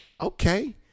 okay